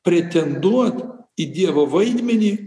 pretenduot į dievo vaidmenį